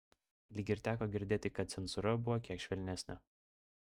lyg ir teko girdėti kad cenzūra buvo kiek švelnesnė